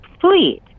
fleet